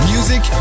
Music